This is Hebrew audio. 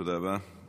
תודה רבה.